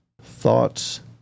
thoughts